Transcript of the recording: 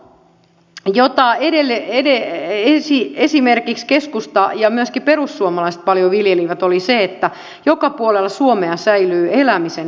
toinen lupaus jota esimerkiksi keskusta ja myöskin perussuomalaiset paljon viljelivät oli se että joka puolella suomea säilyvät elämisen edellytykset